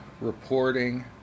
reporting